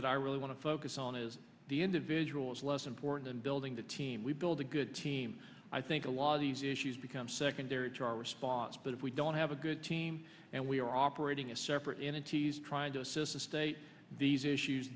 that i really want to focus on is the individual is less important in building the team we build a good team i think a lot of these issues become secondary to our response but if we don't have a good team and we are operating as separate entities trying to assist the state these issues